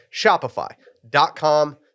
Shopify.com